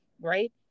right